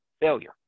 failure